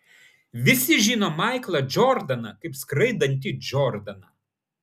visi žino maiklą džordaną kaip skraidantį džordaną